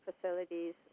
facilities